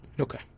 Okay